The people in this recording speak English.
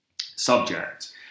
subject